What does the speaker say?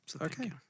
Okay